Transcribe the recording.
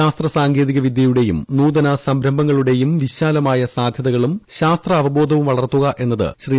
ശാസ്ത്ര സാങ്കേതിക വിദ്യയുടെയും പ്രസൂതന് സംരംഭങ്ങളുടെയും വിശാലമായ സാധ്യതകളും ശ്ശാസ്ത്രാ്വബോധവും വളർത്തുക എന്നത് ശ്രീ